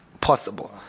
possible